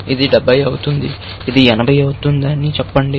ఇది 70 అవుతుందని ఇది 80 అవుతుందని చెప్పండి